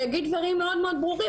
שיגיד דברים מאוד ברורים.